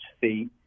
feet